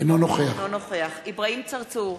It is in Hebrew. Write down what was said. אינו נוכח אברהים צרצור,